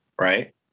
right